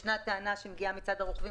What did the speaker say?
יש טענה בעניין הזה מצד הרוכבים,